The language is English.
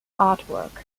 artwork